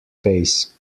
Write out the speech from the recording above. pace